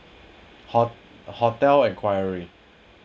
hot~ hotel enquiry